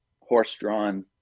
horse-drawn